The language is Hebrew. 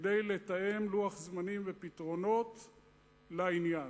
כדי לתאם לוח זמנים ופתרונות לעניין?